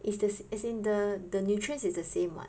is the as in the the nutrients is the same [what]